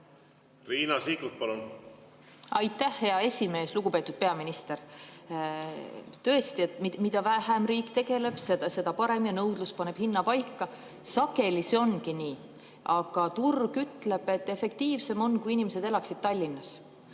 Riina Sikkut, palun! Aitäh, hea esimees! Lugupeetud peaminister! Tõesti, mida vähem riik tegeleb, seda parem, ja nõudlus paneb hinna paika. Sageli see ongi nii, aga turg ütleb, et efektiivsem on, kui inimesed elaksid Tallinnas,